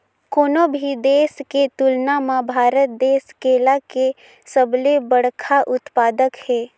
कोनो भी देश के तुलना म भारत देश केला के सबले बड़खा उत्पादक हे